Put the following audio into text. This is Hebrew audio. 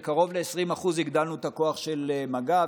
זה קרוב ל-20% הגדלנו את הכוח של מג"ב,